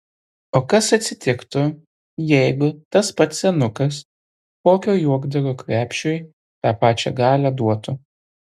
o kas atsitiktų jeigu tas pats senukas kokio juokdario krepšiui tą pačią galią duotų